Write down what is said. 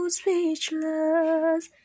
speechless